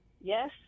Yes